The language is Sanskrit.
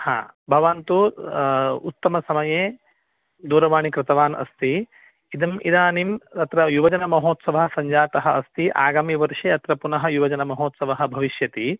भवान् तु उत्तमसमये दूरवाणी कृतवान् अस्ति इदम् इदानीम् अत्र युवजनमहोत्सवः सञ्चातः अस्ति आगामिवर्षे अत्र पुनः युवजनमहोत्सवः भविष्यति